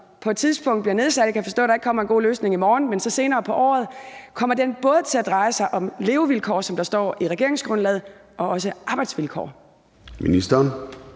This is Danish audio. på et tidspunkt bliver nedsat – jeg kan forstå, at der ikke kommer en god løsning i morgen, men så senere på året – både kommer til at dreje sig om levevilkår, som der står i regeringsgrundlaget og også arbejdsvilkår? Kl.